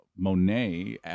Monet